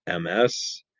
MS